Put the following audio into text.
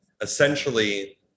essentially